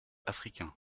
africain